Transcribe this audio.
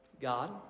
God